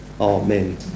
Amen